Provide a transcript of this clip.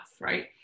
right